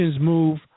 move